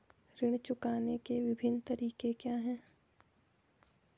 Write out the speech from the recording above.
ऋण चुकाने के विभिन्न तरीके क्या हैं?